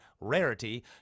rarity